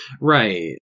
right